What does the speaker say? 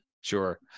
Sure